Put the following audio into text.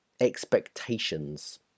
EXPECTATIONS